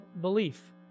belief